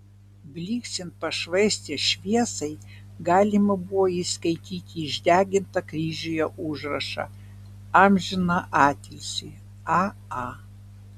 blyksint pašvaistės šviesai galima buvo įskaityti išdegintą kryžiuje užrašą amžiną atilsį a a